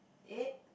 eight